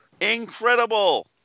incredible